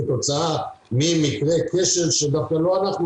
יש דברים בסיסיים שעוד צריכים להשתחרר והאמירה